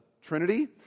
Trinity